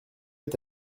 est